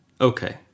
Okay